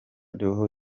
roho